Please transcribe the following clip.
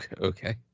Okay